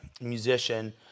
musician